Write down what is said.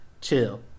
Chill